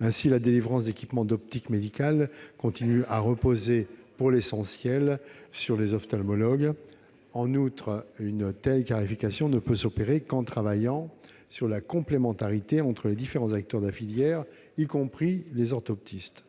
Ainsi, la délivrance d'équipements d'optique médicale continue à reposer pour l'essentiel sur les ophtalmologistes. En outre, une telle clarification ne peut s'opérer qu'en travaillant sur la complémentarité entre les différents acteurs de la filière, y compris les orthoptistes.